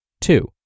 Two